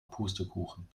pustekuchen